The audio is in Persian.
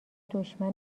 دشمن